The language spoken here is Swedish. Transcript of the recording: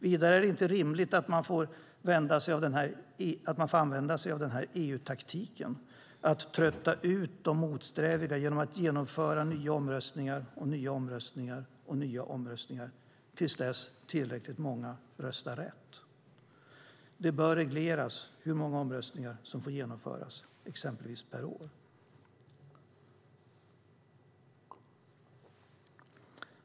Vidare är det inte rimligt att man får använda sig av EU-taktiken, att trötta ut de motsträviga genom att genomföra nya omröstningar och nya omröstningar och nya omröstningar till dess att tillräckligt många röstar rätt. Det bör regleras hur många omröstningar som får genomföras, exempelvis per år.